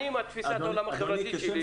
אני, עם תפיסת העולם החברתית שלי,